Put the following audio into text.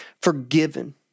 Forgiven